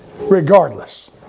regardless